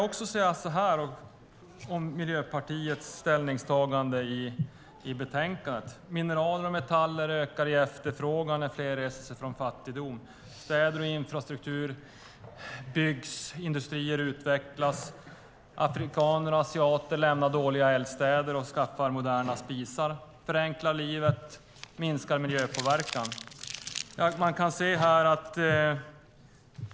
Beträffande Miljöpartiets ställningstagande i betänkandet ska jag säga följande. Efterfrågan på mineraler och metaller ökar när fler reser sig från fattigdom. Städer och infrastruktur byggs, och industrier utvecklas. Afrikaner och asiater lämnar dåliga eldstäder och skaffar moderna spisar. Detta förenklar livet och minskar miljöpåverkan.